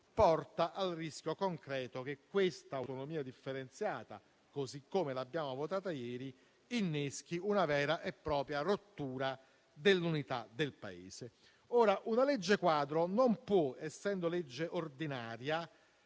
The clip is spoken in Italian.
porta al rischio concreto che quest'autonomia differenziata, così come l'abbiamo votata ieri, inneschi una vera e propria rottura dell'unità del Paese. Una legge quadro, essendo legge ordinaria,